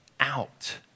out